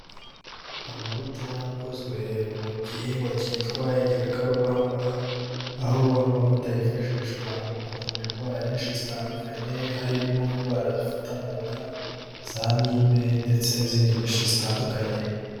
Amavuta akozwe mu gihingwa cyitwa igikakarubamba, aho ano mavuta yifashishwa mu kuvura indwara nyinshi zitandukanye, harimo indwara zifata mu nda, za amibe ndetse n'izindi nyinshi zitandukanye.